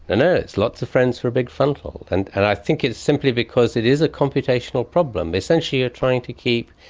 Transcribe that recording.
and it's lots of friends for a big frontal. and and i think it's simply because it is a computational problem. essentially you're trying to keep,